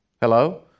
Hello